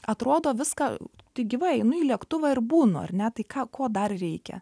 atrodo viską tai gyvai einu į lėktuvą ir būnu ar ne tai ką ko dar reikia